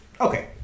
Okay